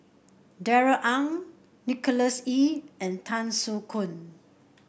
Darrell Ang Nicholas Ee and Tan Soo Khoon